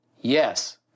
Yes